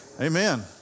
Amen